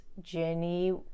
Jenny